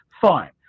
Fine